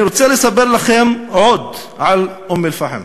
אני רוצה לספר לכם עוד על אום-אלפחם.